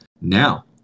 Now